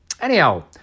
Anyhow